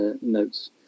notes